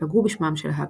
שפגעו בשמם של ההאקרים.